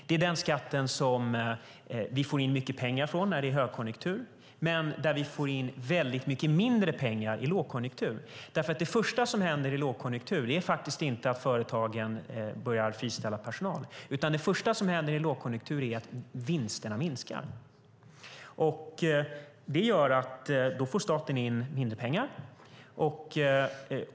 Det är den skatt vi får in mycket pengar från när det är högkonjunktur. Men vi får in väldigt mycket mindre pengar när det är lågkonjunktur. Det första som händer i en lågkonjunktur är inte att företagen börjar friställa personal. Det första som händer i en lågkonjunktur är att vinsterna minskar. Det gör att staten får in mindre pengar.